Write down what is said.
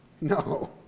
No